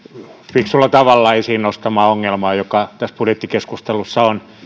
fiksulla tavalla esiin nostamaan ongelmaan joka tässä budjettikeskustelussa on